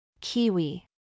Kiwi